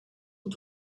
und